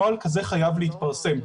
נוהל כזה חייב להתפרסם.